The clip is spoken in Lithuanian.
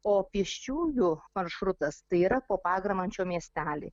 o pėsčiųjų maršrutas tai yra po pagramančio miestelį